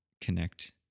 connect